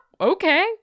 okay